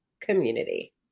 community